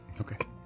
okay